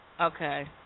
Okay